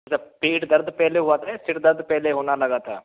अच्छा पेट दर्द पहले हुआ था या सिर दर्द पहले होना लगा था